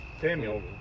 Samuel